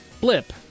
blip